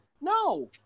No